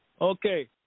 Okay